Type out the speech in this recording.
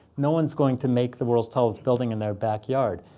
no one's going to make the world's tallest building in their backyard.